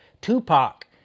Tupac